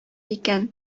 икән